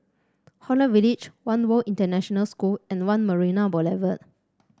Holland Village One World International School and One Marina Boulevard